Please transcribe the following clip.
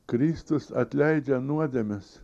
kristus atleidžia nuodėmes